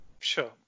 Sure